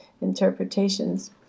interpretations